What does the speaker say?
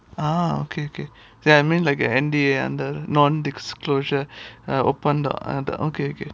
ah okay okay ya I mean like a N_D_A and the non disclosure okay okay